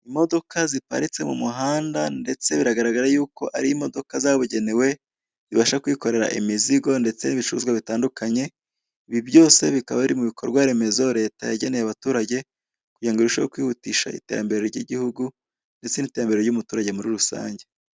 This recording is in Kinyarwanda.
Imodoka ziparitse mu muhanda ndetse biragaragara yuko ari imodoka zabugenewe, zibasha kwikorera imizigo ndetse n'ibicuruzwa bitandukanye, ibi byose bikaba biri mu bikorwaremezo Leta yageneye abaturage kugira ngo birusheho kwihutisha iterambere ry'igihugu ndetse n'iterambere ry'umuturage muri rusange.